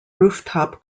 rooftop